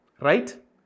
Right